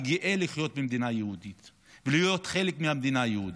אני גאה לחיות במדינה יהודית ולהיות חלק מהמדינה היהודית,